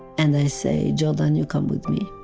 and i say, jordan you come with me.